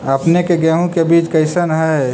अपने के गेहूं के बीज कैसन है?